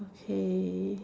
okay